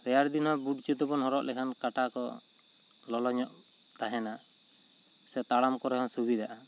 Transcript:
ᱨᱮᱭᱟᱲ ᱫᱤᱱ ᱦᱚᱸ ᱵᱩᱴ ᱡᱩᱛᱟᱹ ᱵᱚᱱ ᱦᱚᱨᱚᱜ ᱞᱮᱠᱷᱟᱱ ᱠᱟᱴᱟ ᱠᱚ ᱞᱚᱞᱚ ᱧᱚᱜ ᱛᱟᱦᱮᱱᱟ ᱥᱮ ᱛᱟᱲᱟᱢ ᱠᱚᱨᱮ ᱦᱚᱸ ᱥᱩᱵᱤᱫᱟᱜᱼᱟ